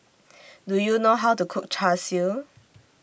Do YOU know How to Cook Char Siu